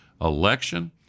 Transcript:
election